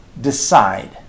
decide